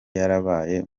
yarabaye